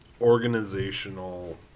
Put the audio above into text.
organizational